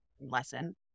Lesson